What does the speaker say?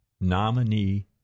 nominee